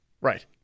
Right